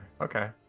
Okay